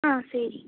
ஆ சரி